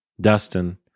dustin